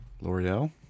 L'Oreal